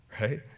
right